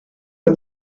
for